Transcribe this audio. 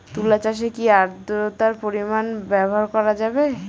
তুলা চাষে কি আদ্রর্তার পরিমাণ ব্যবহার করা যাবে?